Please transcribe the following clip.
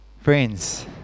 Friends